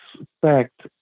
expect